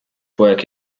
work